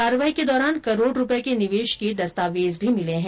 कार्रवाई के दौरान करोड रूपये के निवेश के दस्तावेज भी मिले है